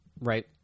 right